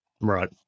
Right